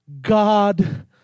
God